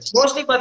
Mostly